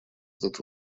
этот